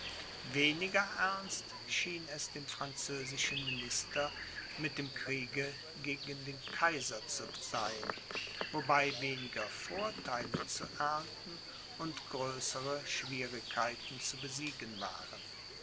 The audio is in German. weniger ernst schien es dem französischen minister mit dem kriege gegen den kaiser zu sein wobei weniger vortheile zu ernten und größere schwierigkeiten zu besiegen waren